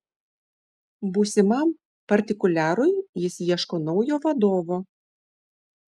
būsimam partikuliarui jis ieško naujo vadovo